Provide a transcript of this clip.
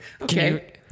Okay